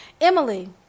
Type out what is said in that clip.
Emily